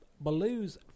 Baloo's